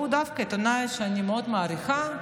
הוא דווקא עיתונאי שאני מאוד מעריכה,